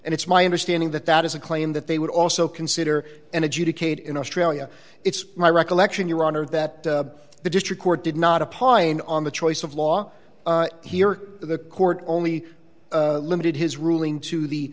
and it's my understanding that that is a claim that they would also consider and adjudicate in australia it's my recollection your honor that the district court did not apply in on the choice of law here or the court only limited his ruling to the